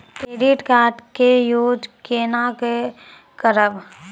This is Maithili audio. क्रेडिट कार्ड के यूज कोना के करबऽ?